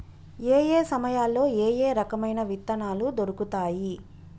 ఏయే సమయాల్లో ఏయే రకమైన విత్తనాలు దొరుకుతాయి?